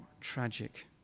tragic